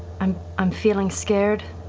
um i'm feeling scared.